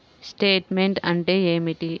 Statement అంటే ఏమిటి?